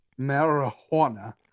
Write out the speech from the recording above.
Marijuana